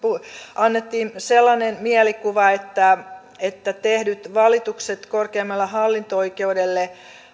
annettiin sellainen mielikuva että että tehdyt valitukset korkeimmalle hallinto oikeudelle